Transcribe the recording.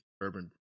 urban